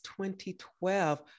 2012